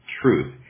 truth